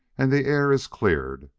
and the air is cleared.